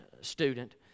student